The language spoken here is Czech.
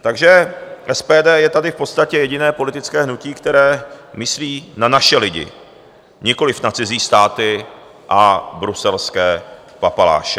Takže SPD je tady v podstatě jediné politické hnutí, které myslí na naše lidi, nikoliv na cizí státy a bruselské papaláše.